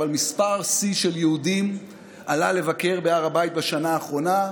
אבל מספר שיא של יהודים עלה לבקר בהר הבית בשנה האחרונה.